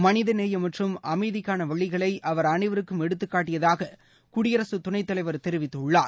மனித நேயம் மற்றும் அமைதிக்கான வழிகளை அவர் அனைவருக்கும் எடுத்துக்காட்டியதாக குடியரசு துணைத் தலைவர் தெரிவித்துள்ளார்